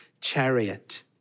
chariot